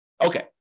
Okay